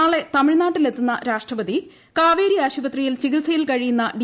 നാളെ തമിഴ്നാട്ടിലെത്തുന്ന രാഷ്ട്രപതി കാവേരി ആശുപത്രിയിൽ ചികിൽസയിൽ കഴിയുന്ന ഡി